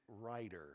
writer